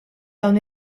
dawn